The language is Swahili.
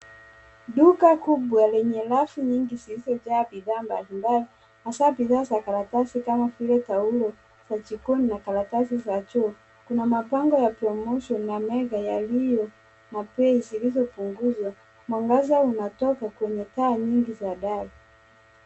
Duka kubwa lenye rafu nyingi zilizojaa bidhaa mbalimbali hasa bidhaa za karatasi kama vile taulo za jikoni na karatasi za choo. Kuna mabango ya, promotion, na meza yaliyo na bei zilizopunguzwa. Mwangaza unatoka kwenye taa nyingi za dari.